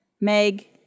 Meg